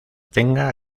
tenga